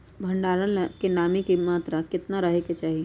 भंडारण ला नामी के केतना मात्रा राहेके चाही?